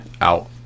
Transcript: out